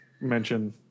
mention